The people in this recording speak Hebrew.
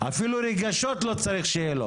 אפילו רגשות לא צריך שיהיה לו.